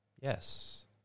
Yes